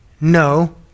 No